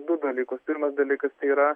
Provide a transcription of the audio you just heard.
du dalykus pirmas dalykas tai yra